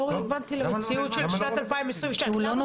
לא רלוונטי למציאות של שנת 2022. למה לא רלוונטי?